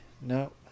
No